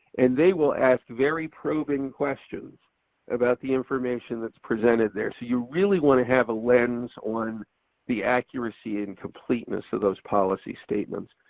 and they will ask very probing questions about the information that's presented there. so you really want to have a lens on the accuracy and completeness of those policy statements.